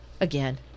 again